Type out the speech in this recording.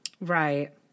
Right